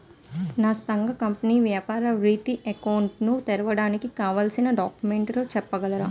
నా సంస్థ కంపెనీ వ్యాపార రిత్య అకౌంట్ ను తెరవడానికి కావాల్సిన డాక్యుమెంట్స్ చెప్పగలరా?